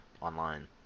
online